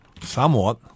Somewhat